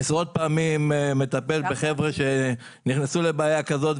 אני מטפל עשרות פעמים בחבר'ה שנכנסו לבעיה כזו,